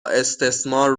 استثمار